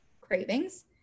cravings